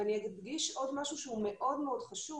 אני אדגיש עוד משהו שהוא מאוד-מאוד חשוב